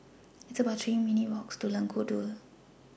It's about three minutes' Walk to Lengkok Dua